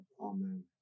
Amen